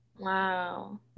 wow